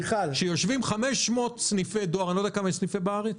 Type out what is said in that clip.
שנמצאים 500 סניפי דואר שהם סניפי רפאים.